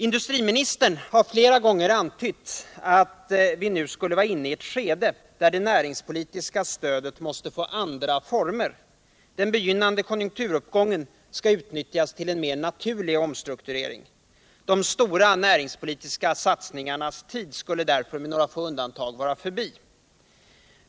Industriministern har flera gånger antytt att vi nu skulle vara inne i ett skede då det näringspolitiska stödet måste få andra former. Den begynnande konjunkturuppgången skall utnyttjas till en mer naturlig omstrukturering. De stora näringspolitiska satsningarnas tid skulle därför — med några få undantag — vara förbi.